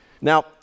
Now